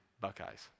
Buckeyes